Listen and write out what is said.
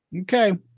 Okay